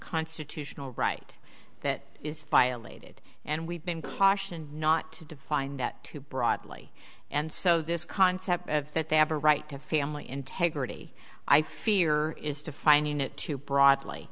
constitutional right that is file a did and we've been cautioned not to define that too broadly and so this concept that they have a right to family integrity i fear is defining it too broadly